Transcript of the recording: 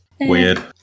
Weird